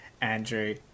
Andrew